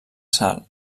sal